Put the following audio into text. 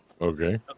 Okay